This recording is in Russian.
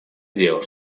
дел